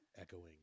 echoing